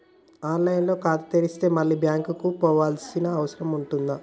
On line లో ఖాతా తెరిస్తే మళ్ళీ బ్యాంకుకు పోవాల్సిన అవసరం ఉంటుందా?